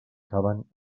caben